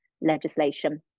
legislation